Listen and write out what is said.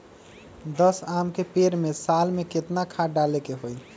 दस आम के पेड़ में साल में केतना खाद्य डाले के होई?